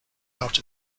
out